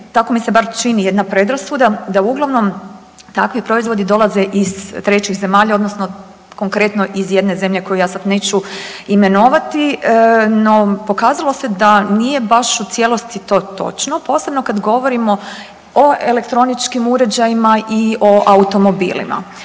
tako mi se bar čini jedna predrasuda da uglavnom takvi proizvodi dolaze iz trećih zemalja odnosno iz jedne zemlje koju ja sad neću imenovati, no, pokazalo se da nije baš u cijelosti to točno, posebno kad govorimo o elektroničkim uređajima i o automobilima.